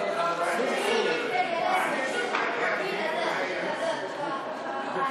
ולאחריו, עאידה תומא סלימאן.